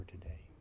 today